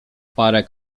parę